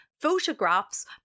photographs